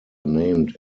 named